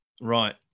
Right